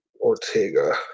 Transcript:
Ortega